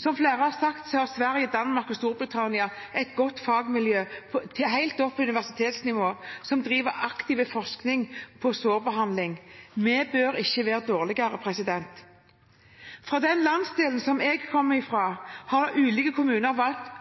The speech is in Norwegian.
Som flere har sagt, har Sverige, Danmark og Storbritannia et godt fagmiljø helt opp på universitetsnivå som driver aktiv forskning på sårbehandling. Vi bør ikke være dårligere. Fra den landsdelen jeg kommer fra, har ulike kommuner valgt